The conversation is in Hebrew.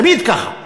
תמיד ככה.